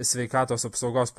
sveikatos apsaugos